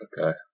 Okay